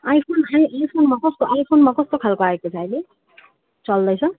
iPhone iPhone आइफोनमा कस्तो खालको आएको छ अहिले चल्दैछ